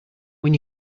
when